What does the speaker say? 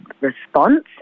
response